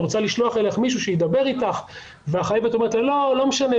אני רוצה לשלוח אליך מישהו שידבר איתך' והחייבת אומרת לה 'לא משנה,